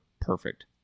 perfect